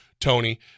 tony